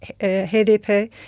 HDP